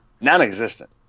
non-existent